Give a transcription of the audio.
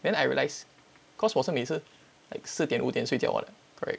then I realise cause 我是每次 like 四点五点睡觉 one correct